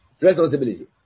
responsibility